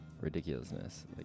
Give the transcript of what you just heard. Ridiculousness